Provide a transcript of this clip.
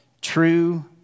true